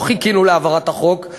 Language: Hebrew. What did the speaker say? לא חיכינו להעברת החוק.